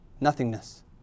nothingness